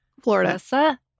Florida